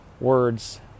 words